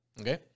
okay